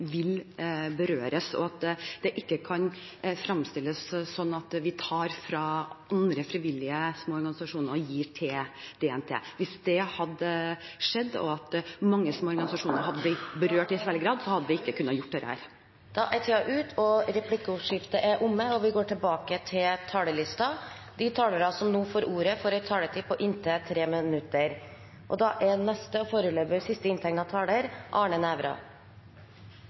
vil berøres. Det kan ikke framstilles sånn at vi tar fra andre frivillige, små organisasjoner og gir til DNT. Hvis det hadde skjedd ... Replikkordskiftet er omme. De talere som heretter får ordet, har en taletid på inntil 3 minutter. Det er